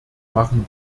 machen